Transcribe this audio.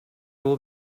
will